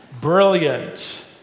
brilliant